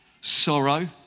sorrow